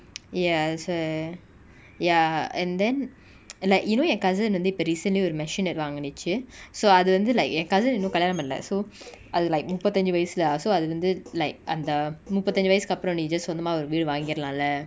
yes that's why ya and then like you know eh cousin வந்து இப்ப:vanthu ippa recently ஒரு:oru masionette வாங்குனிச்சு:vaangunichu so அதுவந்து:athuvanthu like eh cousin இன்னு கலியாணம் பன்னல:innu kaliyanam pannala so அது:athu like முப்பத்தஞ்சு வயசு:muppathanju vayasu lah so அதுவந்து:athuvanthu like அந்த முப்பத்தஞ்சு வயசுக்கு அப்ரோ நீ:antha muppathanju vayasuku apro nee just சொந்தமா ஒரு வீடு வாங்கிர்லா:sonthama oru veedu vaangirla lah